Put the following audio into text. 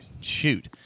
shoot